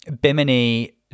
Bimini